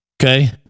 Okay